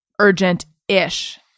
urgent-ish